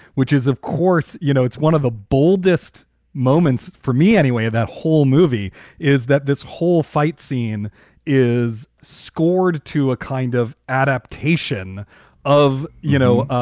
which is, of course, you know, it's one of the boldest moments for me anyway of that whole movie is that this whole fight scene is scored to a kind of adaptation of, you know,